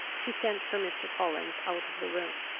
he sent for mr. collins out of the room.